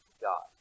God